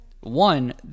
one